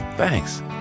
Thanks